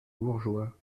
bourgeois